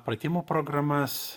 pratimų programas